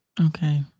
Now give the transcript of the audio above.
okay